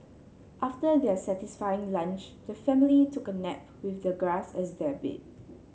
after their satisfying lunch the family took a nap with the grass as their bed